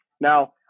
Now